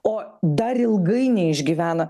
o dar ilgai neišgyvena